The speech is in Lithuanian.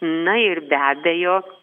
na ir be abejo